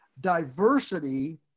diversity